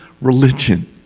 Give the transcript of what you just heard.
religion